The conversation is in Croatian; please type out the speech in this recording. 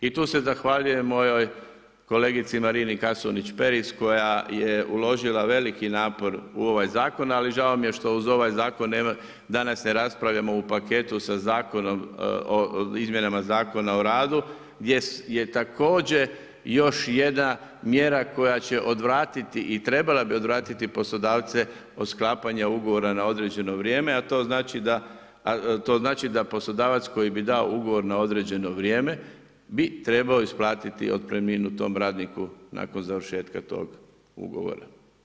I tu se zahvaljujem mojoj kolegici Marini Kasunić Perić koja je uložila veliki napor u ovaj zakon, ali žao mi je što uz ovaj zakon danas ne raspravljamo u paketu sa zakonom o izmjenama Zakona o radu gdje je također još jedna mjera koja će odvratiti i trebala bi odvratiti poslodavce od sklapanja ugovora na određeno vrijeme a to znači da poslodavac koji bi dao ugovor na određeno vrijeme bi trebao isplatiti otpremninu tom radniku nakon završetka tog ugovora.